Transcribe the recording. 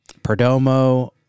Perdomo